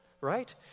right